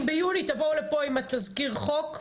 אם ביוני תבואו לפה עם התזכיר חוק,